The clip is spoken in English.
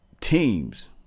teams